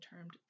termed